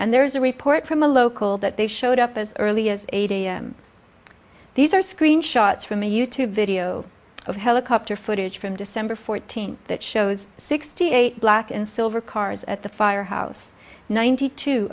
and there is a report from a local that they showed up as early as eight a m these are screen shots from a you tube video of helicopter footage from december fourteenth that shows sixty eight black and silver cars at the firehouse ninety two